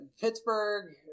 Pittsburgh